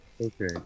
Okay